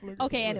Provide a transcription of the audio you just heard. Okay